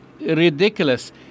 ridiculous